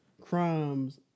crimes-